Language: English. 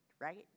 right